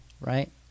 right